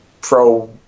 pro